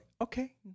okay